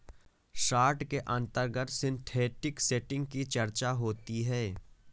short के अंतर्गत synthetic setting की चर्चा होती है